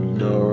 no